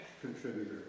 contributor